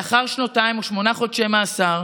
לאחר שנתיים ושמונה חודשי מאסר,